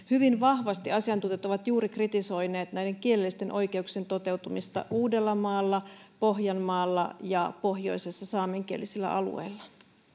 hyvin vahvasti asiantuntijat ovat kritisoineet juuri näiden kielellisten oikeuksien toteutumista uudellamaalla pohjanmaalla ja pohjoisessa saamenkielisillä alueilla